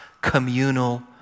communal